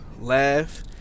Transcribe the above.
laugh